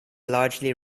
largely